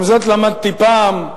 גם זאת למדתי פעם,